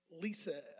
Lisa